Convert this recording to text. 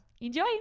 Enjoy